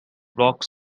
walked